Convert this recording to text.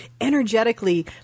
energetically